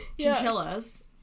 chinchillas